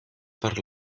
per